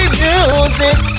music